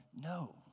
no